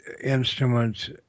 instruments